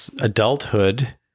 adulthood